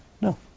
No